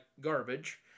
garbage